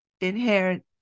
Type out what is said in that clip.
inherent